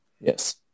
Yes